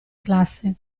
classe